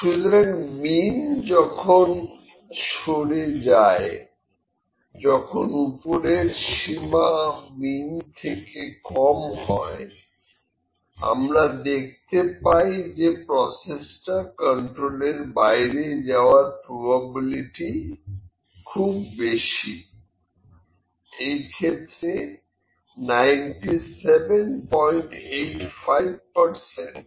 সুতরাং মিন যখন সরে যায় যখন উপরের সীমা মিন থেকে কম হয় আমরা দেখতে পাই যে প্রসেসটা কন্ট্রোলের বাইরে যাওয়ার প্রবাবিলিটি খুব বেশি এই ক্ষেত্রে 9785 পারসেন্ট